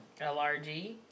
LRG